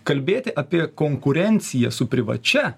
kalbėti apie konkurenciją su privačia